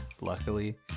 luckily